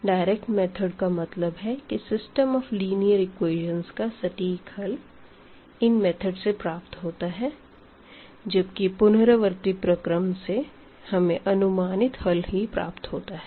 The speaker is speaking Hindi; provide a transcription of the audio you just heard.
डायरेक्ट मेथड का मतलब है कि सिस्टम ऑफ़ लीनियर एक्वेशन्स का सटीक हल इन मेथड से प्राप्त होता है जब कि इट्रेटिव मेथड से हमें अनुमानित हल ही प्राप्त होता है